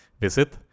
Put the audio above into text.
visit